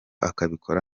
akabikora